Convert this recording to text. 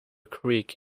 creek